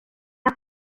jag